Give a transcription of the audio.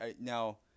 now